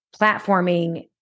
platforming